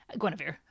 Guinevere